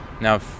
now